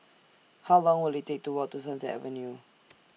How Long Will IT Take to Walk to Sunset Avenue